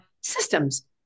Systems